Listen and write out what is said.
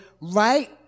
right